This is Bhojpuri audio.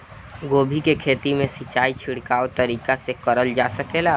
गोभी के खेती में सिचाई छिड़काव तरीका से क़रल जा सकेला?